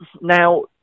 Now